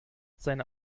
seine